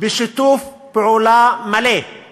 בשיתוף פעולה עם